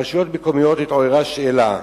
ברשויות מקומיות התעוררה שאלה,